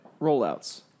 rollouts